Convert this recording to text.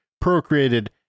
procreated